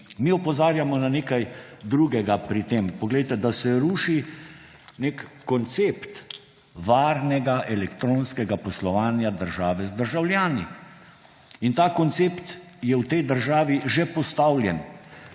tem opozarjamo na nekaj drugega – da se ruši nek koncept varnega elektronskega poslovanja države z državljani. Ta koncept je v tej državi že postavljen.